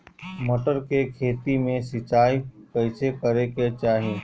मटर के खेती मे सिचाई कइसे करे के चाही?